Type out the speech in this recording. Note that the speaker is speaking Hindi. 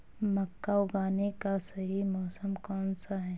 मक्का उगाने का सही मौसम कौनसा है?